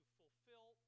fulfill